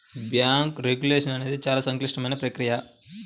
bank regulation అనేది చాలా సంక్లిష్టమైన ప్రక్రియ